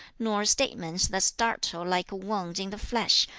nor statements that startle like a wound in the flesh,